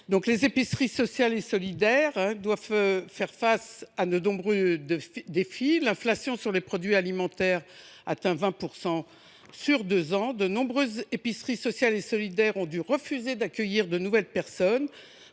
Les épiceries sociales et solidaires doivent faire face à de nombreux défis. L’inflation sur les produits alimentaires a atteint 20 % en deux ans. De nombreuses épiceries sociales et solidaires ont dû refuser d’accueillir de nouvelles personnes.